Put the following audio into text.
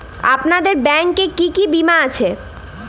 আপনাদের ব্যাংক এ কি কি বীমা আছে?